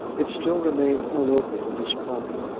it still remained unopened in his pocket.